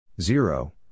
Zero